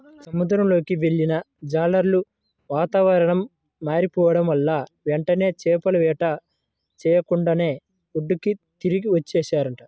సముద్రంలోకి వెళ్ళిన జాలర్లు వాతావరణం మారిపోడం వల్ల వెంటనే చేపల వేట చెయ్యకుండానే ఒడ్డుకి తిరిగి వచ్చేశారంట